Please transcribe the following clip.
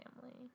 family